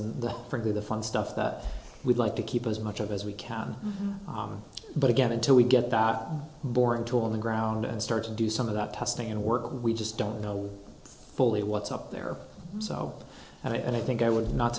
and frankly the fun stuff that we'd like to keep as much as we can but again until we get that bore into on the ground and start to do some of that testing and work we just don't know fully what's up there so and i think i would not